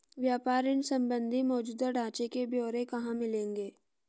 व्यापार ऋण संबंधी मौजूदा ढांचे के ब्यौरे कहाँ मिलेंगे?